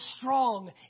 strong